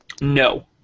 No